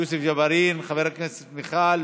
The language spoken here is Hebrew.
יוסף ג'בארין, חברת הכנסת מיכל,